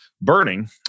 burning